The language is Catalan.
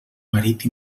marit